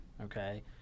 okay